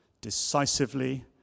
decisively